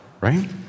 right